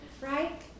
right